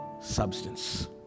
substance